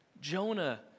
Jonah